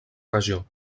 regió